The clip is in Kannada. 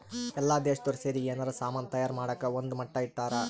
ಎಲ್ಲ ದೇಶ್ದೊರ್ ಸೇರಿ ಯೆನಾರ ಸಾಮನ್ ತಯಾರ್ ಮಾಡಕ ಒಂದ್ ಮಟ್ಟ ಇಟ್ಟರ